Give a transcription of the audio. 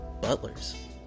Butlers